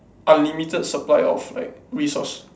unlimited supply of like resource